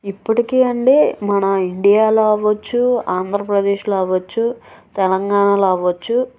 ఇప్పుటికీ అండి మన ఇండియాలో కావచ్చు ఆంధ్రప్రదేశ్లో కావచ్చు తెలంగాణలో కావచ్చు